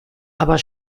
aber